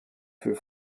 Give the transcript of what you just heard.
für